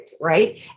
Right